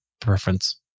preference